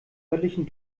örtlichen